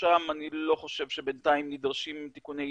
שם אני לא חושב שבינתיים נדרשים תיקוני